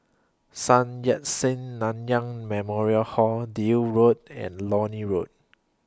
Sun Yat Sen Nanyang Memorial Hall Deal Road and Leonie Hill